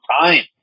time